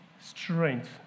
strength